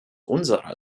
unserer